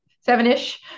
seven-ish